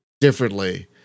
differently